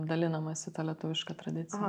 dalinamasi ta lietuviška tradicija